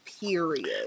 period